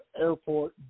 Airport